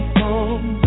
home